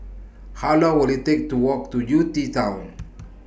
How Long Will IT Take to Walk to U T Town